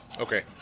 Okay